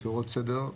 מפרות סדר,